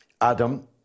Adam